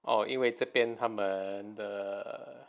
哦因为这边他们的